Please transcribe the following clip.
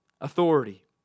authority